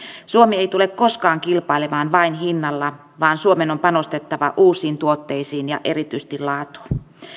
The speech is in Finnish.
suomi ei tule koskaan kilpailemaan vain hinnalla vaan suomen on panostettava uusiin tuotteisiin ja erityisesti laatuun